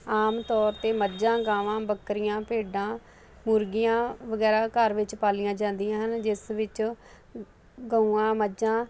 ਆਮ ਤੌਰ ਤੇ ਮੱਜਾਂ ਗਾਵਾਂ ਬਕਰੀਆਂ ਭੇਡਾਂ ਮੁਰਗੀਆਂ ਵਗੈਰਾ ਘਰ ਵਿੱਚ ਪਾਲੀਆਂ ਜਾਂਦੀਆਂ ਹਨ ਜਿਸ ਵਿੱਚ ਗਊਆਂ ਮੱਜਾਂ